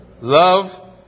Love